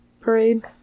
Parade